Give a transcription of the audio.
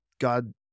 God